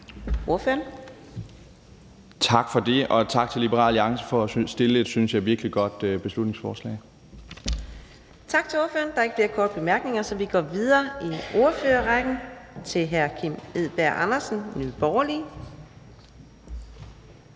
Tak for det, og tak til Liberal Alliance for at fremsætte et, synes jeg, virkelig godt beslutningsforslag. Kl. 11:50 Fjerde næstformand (Karina Adsbøl): Tak til ordføreren. Der er ikke flere korte bemærkninger, så vi går videre i ordførerrækken til hr. Kim Edberg Andersen, Nye Borgerlige.